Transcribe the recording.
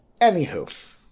Anywho